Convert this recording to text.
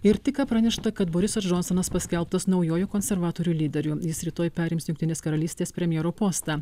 ir tik ką pranešta kad borisas džonsonas paskelbtas naujuoju konservatorių lyderiu jis rytoj perims jungtinės karalystės premjero postą